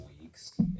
weeks